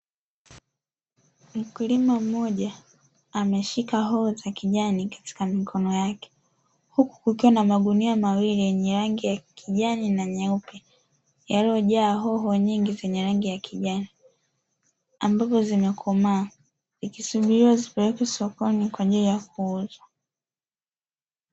Mkulima mmoja ameshika hoho za kijani katika mikono yake, uku kukiwa na magunia mawili yenye rangi ya kijani na nyeupe yaliyojaa hoho nyingi zenye rangi ya kijani ambapo zimekomaa zikisubiliwa zipelekwe sokoni kwaajili ya kuuzwa.